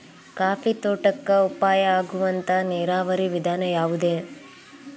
Coffee ತೋಟಕ್ಕ ಉಪಾಯ ಆಗುವಂತ ನೇರಾವರಿ ವಿಧಾನ ಯಾವುದ್ರೇ?